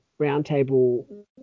roundtable